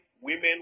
women